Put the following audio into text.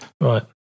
Right